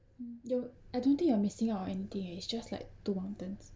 mm ya I don't think you are missing or anything eh it's just like two one turns